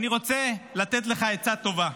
אני רוצה לתת לך עצה טובה: